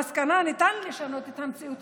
המסקנה היא שניתן לשנות את המציאות